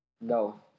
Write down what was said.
No